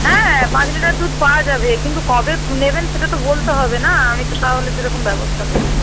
হ্যাঁ হ্যা পাঁচ লিটার দুধ পাওয়া যাবে কিন্তু কবে নেবেন সেটা তো বলতে হবে না আমি তো তাহলে সেরকম ব্যবস্থা করবো